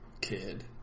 kid